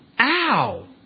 Ow